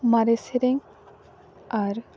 ᱢᱟᱨᱮ ᱥᱮᱨᱮᱧ ᱟᱨ